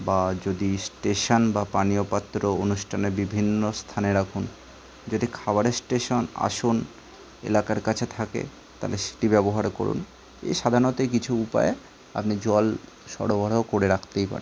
বা যদি স্টেশন বা পানীয় পাত্র অনুষ্ঠানে বিভিন্ন স্থানে রাখুন যদি খাবারের স্টেশন আসুন এলাকার কাছে থাকে তাহলে সেটি ব্যবহার করুন এ সাধাণত কিছু উপায়ে আপনি জল সরবরাহ করে রাখতেই পারেন